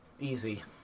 Easy